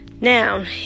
now